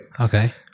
Okay